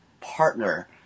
partner